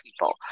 people